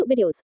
videos